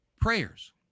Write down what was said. prayers